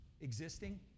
existing